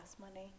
money